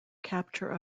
capture